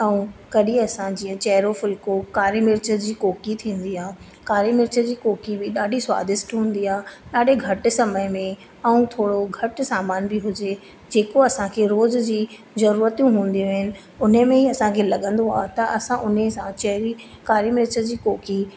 ऐं कॾहिं असां जीअं चहरो फुलको कारी मिर्च जी कोकी थींदी आहे कारी मिर्च जी कोकी बि ॾाढी स्वादिष्ट हूंदी आहे ॾाढे घटि समय में ऐं थोरो घटि सामान बि हुजे जेको असांखे रोज़ जी जरूरतियूं हूंदियूं आहिनि हुनमें ई असांखे लगंदो आहे त असां उन्हीअ सां चहरी कारी मिर्च जी कोकी